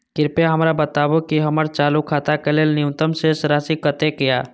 कृपया हमरा बताबू कि हमर चालू खाता के लेल न्यूनतम शेष राशि कतेक या